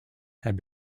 had